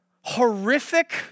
horrific